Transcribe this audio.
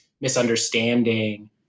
misunderstanding